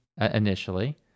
initially